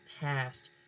past